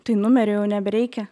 tai numerio jau nebereikia